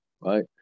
right